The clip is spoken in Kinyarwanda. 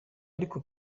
ariko